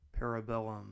Parabellum